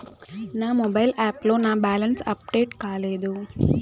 నా మొబైల్ యాప్లో నా బ్యాలెన్స్ అప్డేట్ కాలేదు